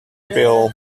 bill